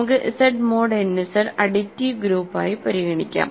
നമുക്ക് Z mod n Z additive ഗ്രൂപ്പായി പരിഗണിക്കാം